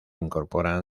incorporan